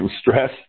stress